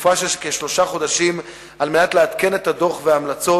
תקופה של כשלושה חודשים על מנת לעדכן את הדוח וההמלצות,